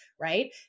Right